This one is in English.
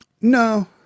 No